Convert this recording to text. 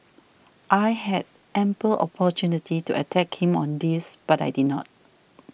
I had ample opportunity to attack him on this but I did not